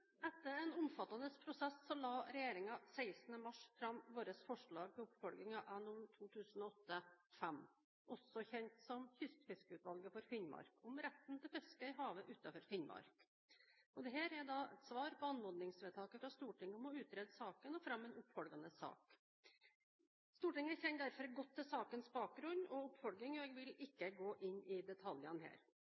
Etter en omfattende prosess la regjeringen 16. mars fram våre forslag til oppfølging av NOU 2008: 5 – også kjent som Kystfiskeutvalget for Finnmark – om retten til fiske i havet utenfor Finnmark. Dette er svar på anmodningsvedtaket fra Stortinget om å utrede saken og fremme en oppfølgende sak. Stortinget kjenner derfor godt til sakens bakgrunn og oppfølging, og jeg vil ikke gå inn i detaljene her.